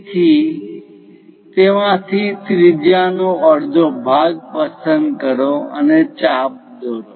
તેથી તેમાંથી ત્રિજ્યા નો અડધો ભાગ પસંદ કરો એક ચાપ દોરો